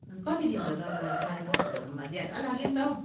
अन्त कति दिनु त तपाईँलाई त साँढे पाँच हजार त मलाई ज्यादा लाग्यो नि त हौ